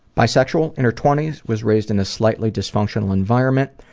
bi-sexual, in her twenty s, was raised in a slightly dysfunctional environment.